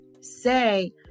say